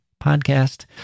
podcast